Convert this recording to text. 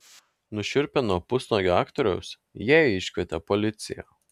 nušiurpę nuo pusnuogio aktoriaus jie iškvietė policiją